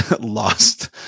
lost